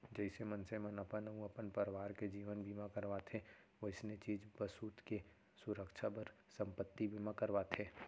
जइसे मनसे मन अपन अउ अपन परवार के जीवन बीमा करवाथें वइसने चीज बसूत के सुरक्छा बर संपत्ति बीमा करवाथें